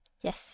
Yes